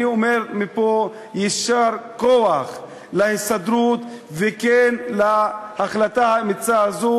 אני אומר מפה יישר כוח להסתדרות על ההחלטה האמיצה הזאת